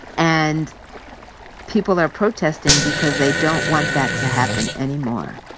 and people are protesting because they don't want that to happen anymore.